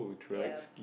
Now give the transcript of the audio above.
ya